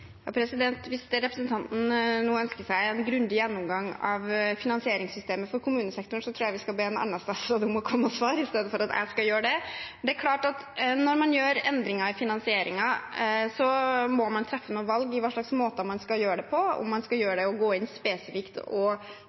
Hvis representanten nå ønsker seg en grundig gjennomgang av finansieringssystemet for kommunesektoren, tror jeg vi skal be en annen statsråd komme og svare i stedet for at jeg skal gjøre det. Men det er klart at man når man gjør endringer i finansieringen, må treffe noen valg om hvilke måter man skal gjøre det på – om man skal gå inn spesifikt og